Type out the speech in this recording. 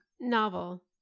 Novel